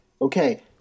Okay